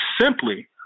simply